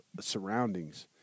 surroundings